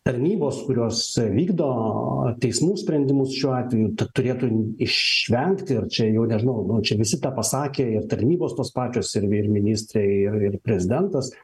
tarnybos kurios vykdo teismų sprendimus šiuo atveju turėtų išvengti ir čia jau nežinau nu čia visi tą pasakė ir tarnybos tos pačios ir ir ministrai ir ir prezidentas